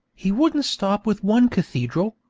he wouldn't stop with one cathedral,